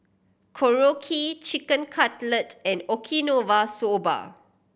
Korokke Chicken Cutlet and Okinawa Soba